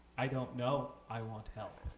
i don't know, i want help.